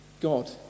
God